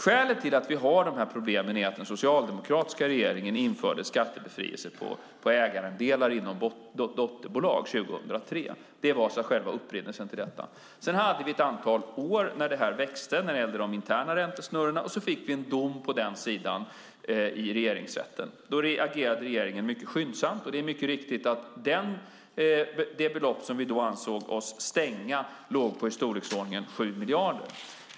Skälet till att vi har de här problemen är att den socialdemokratiska regeringen 2003 införde skattebefrielse på ägarandelar inom dotterbolag. Det var själva upprinnelsen till detta. Sedan kom ett antal år när de interna räntesnurrorna växte, och så fick vi en dom på den sidan i Regeringsrätten. Då agerade regeringen mycket skyndsamt, och det är mycket riktigt så att det belopp vi då ansåg oss stänga var i storleksordningen 7 miljarder.